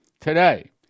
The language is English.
Today